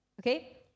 okay